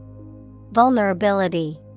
Vulnerability